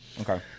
Okay